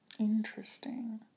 Interesting